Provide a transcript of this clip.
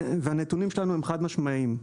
הנתונים שלנו הם חד משמעיים.